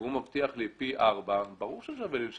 והוא יכול להשיג לי פי ארבעה אז ברור שזה משתלם,